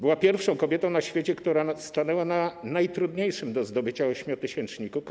Była pierwszą kobietą na świecie, która stanęła na najtrudniejszym do zdobycia ośmiotysięczniku K2.